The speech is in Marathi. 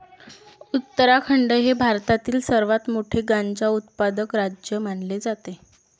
उत्तराखंड हे भारतातील सर्वात मोठे गांजा उत्पादक राज्य मानले जाते